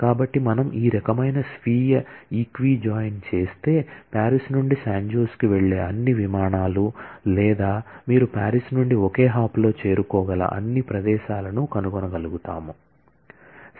కాబట్టి మనం ఈ రకమైన స్వీయ ఈక్వి జాయిన్ చేస్తే పారిస్ నుండి శాన్ జోస్కు వెళ్లే అన్ని విమానాలు లేదా మీరు పారిస్ నుండి ఒకే హాప్లో చేరుకోగల అన్ని ప్రదేశాలను కనుగొనగలుగుతాము